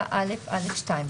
7א(א)(2),